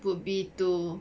would be to